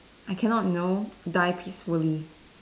I cannot you know die peacefully